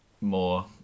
more